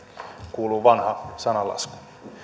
kuuluu vanha sananlasku